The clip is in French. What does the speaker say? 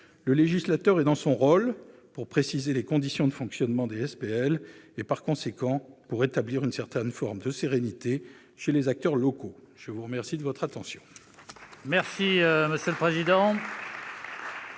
Le législateur est dans son rôle pour préciser les conditions de fonctionnement des SPL et, par conséquent, pour rétablir une certaine forme de sérénité chez les acteurs locaux. La parole est à M. le rapporteur.